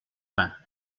vingts